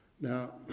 Now